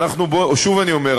שוב אני אומר,